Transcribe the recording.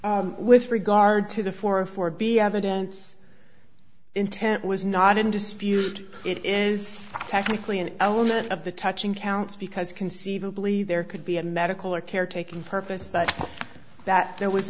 you with regard to the four for be evidence intent was not in dispute it is technically an element of the touching counts because conceivably there could be a medical or caretaking purpose but that there was